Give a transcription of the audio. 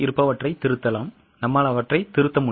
அவற்றைத் தவிர்க்க முடியாது